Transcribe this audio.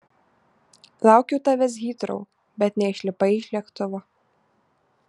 laukiau tavęs hitrou bet neišlipai iš lėktuvo